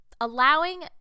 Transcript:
allowing